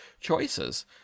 choices